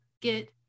get